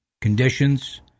conditions